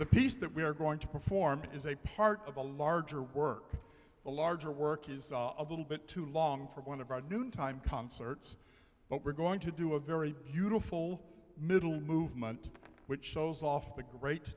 the piece that we are going to perform is a part of a larger work a larger work is a little bit too long for one of broad noontime concerts but we're going to do a very beautiful middle movement which shows off the great